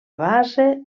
base